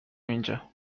اینجا